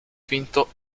finto